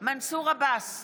מנסור עבאס,